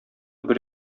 бер